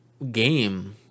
game